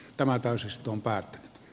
tämä täysistuntoa